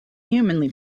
humanly